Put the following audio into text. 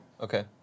Okay